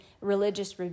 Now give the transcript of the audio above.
religious